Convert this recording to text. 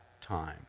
time